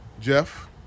Jeff